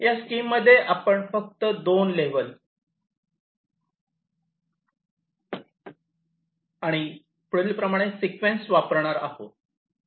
या स्कीम मध्ये आपण फक्त 2 लेव्हल आणि पुढील प्रमाणे सिक्वेन्स वापरणार आहोत